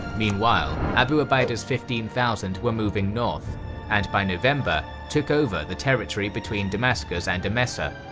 meanwhile, abu ubaidah's fifteen thousand were moving north and by november took over the territory between damascus and emesa,